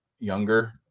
younger